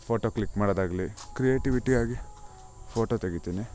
photo click ಮಾಡೋದಾಗಲಿ ಕ್ರಿಯೇಟಿವಿಟಿಯಾಗಿ photo ತೆಗಿತೀನಿ